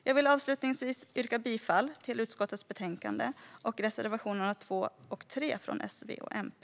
Jag vill avslutningsvis yrka bifall till förslaget i utskottets betänkande och till reservationerna 2 och 3 från S, V och MP.